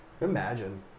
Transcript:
Imagine